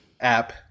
app